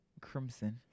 Crimson